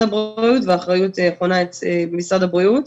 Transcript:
הבריאות והאחריות היא במשרד הבריאות.